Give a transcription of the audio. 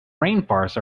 rainforests